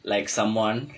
like someone